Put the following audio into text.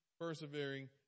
persevering